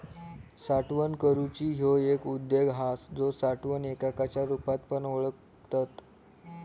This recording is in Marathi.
साठवण करूची ह्यो एक उद्योग हा जो साठवण एककाच्या रुपात पण ओळखतत